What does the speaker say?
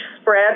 spread